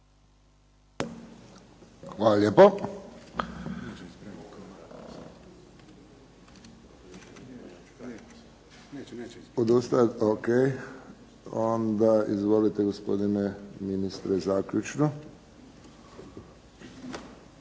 Hvala lijepo. Odustajete? O.k. Onda izvolite gospodine ministre zaključno.